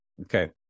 Okay